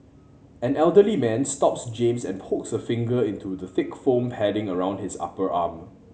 an elderly man stops James and pokes a finger into the thick foam padding around his upper arm